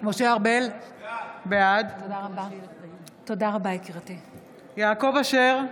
משה ארבל, בעד יעקב אשר,